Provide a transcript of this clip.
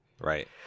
Right